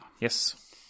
yes